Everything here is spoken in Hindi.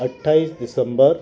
अट्ठाईस दिसम्बर